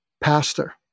pastor